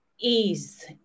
ease